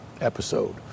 episode